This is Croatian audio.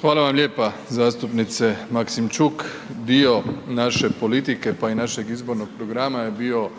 Hvala vam lijepa zastupnice Maksimčuk. Dio naše politike, pa i našeg izbornog programa je bio